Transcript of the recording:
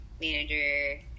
manager